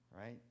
Right